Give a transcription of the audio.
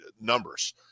numbers